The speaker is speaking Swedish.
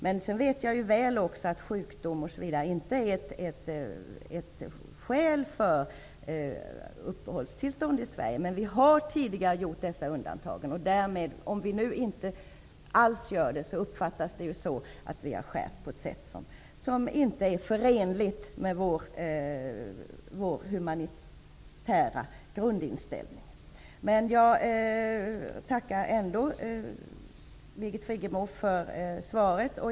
Jag känner väl till att sjukdom osv. inte är skäl för uppehållstillstånd i Sverige. Men vi har tidigare gjort dessa undantag. Om vi nu inte alls gör det uppfattas det som att vi har skärpt bedömningen på ett sätt som inte är förenligt med vår humanitära grundinställning. Jag tackar ändå Birgit Friggebo för svaret.